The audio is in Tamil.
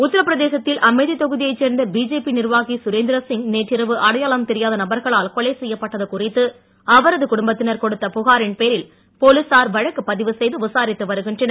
உத்தரபிரதேசத்தில் அமேதி தொகுதியைச் சேர்ந்த பிஜேபி நிர்வாகி சுரேந்திர சிங் நேற்றிரவு அடையாளம் தெரியாத நபர்களால் கொலை செய்யப்பட்டது குறித்து அவரது குடும்பத்தினர் கொடுத்த புகாரின் பேரில் போலீசார் வழக்கு பதிவு செய்து விசாரித்து வருகின்றனர்